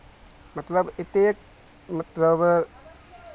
मतलब एतेक मतलब